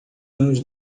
mãos